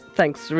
thanks